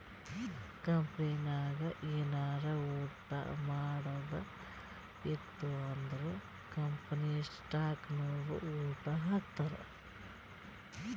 ಕಂಪನಿನಾಗ್ ಏನಾರೇ ವೋಟ್ ಮಾಡದ್ ಇತ್ತು ಅಂದುರ್ ಕಾಮನ್ ಸ್ಟಾಕ್ನವ್ರು ವೋಟ್ ಹಾಕ್ತರ್